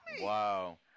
Wow